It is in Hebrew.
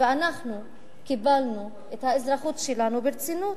ואנחנו קיבלנו את האזרחות שלנו ברצינות,